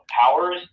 powers